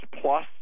plus